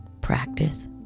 Practice